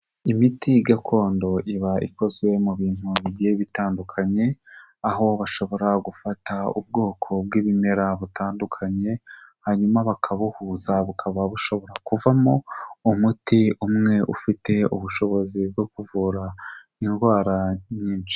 Imiti gakondo iba ikozwe mu bintu bigiye bitandukanye, aho bashobora gufata ubwoko bw'ibimera butandukanye hanyuma bakabuhuza bukaba bushobora kuvamo umuti umwe ufite ubushobozi bwo kuvura indwara nyinshi.